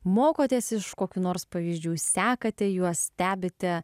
mokotės iš kokių nors pavyzdžių sekate juos stebite